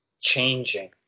changing